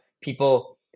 people